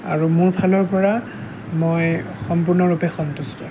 আৰু মোৰ ফালৰ পৰা মই সম্পূৰ্ণৰূপে সন্তোষ্ট